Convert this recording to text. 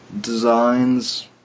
designs